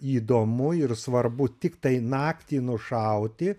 įdomu ir svarbu tiktai naktį nušauti